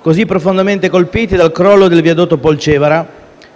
così profondamente colpiti dal crollo del viadotto Polcevera,